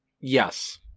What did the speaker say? yes